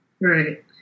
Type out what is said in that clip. Right